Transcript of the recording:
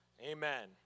Amen